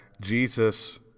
jesus